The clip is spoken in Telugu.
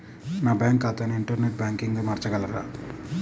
నా బ్యాంక్ ఖాతాని ఇంటర్నెట్ బ్యాంకింగ్గా మార్చగలరా?